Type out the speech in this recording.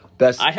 Best